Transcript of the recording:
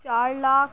چار لاکھ